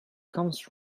comes